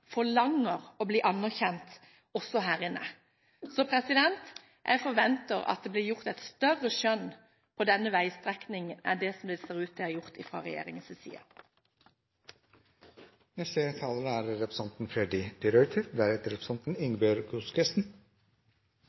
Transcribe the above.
forlanger å bli anerkjent for også her inne. Så jeg forventer at det blir gjort et større skjønn når det gjelder denne veistrekningen, enn det som det ser ut til er gjort fra regjeringens side. Premissene for denne interpellasjonen er